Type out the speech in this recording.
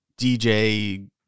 DJ